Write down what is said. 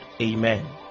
amen